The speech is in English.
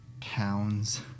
town's